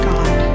God